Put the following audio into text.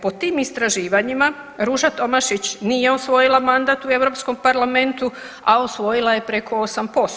Po tim istraživanjima Ruža Tomašić nije osvojila mandat u Europskom parlamentu, a osvojila je preko 8%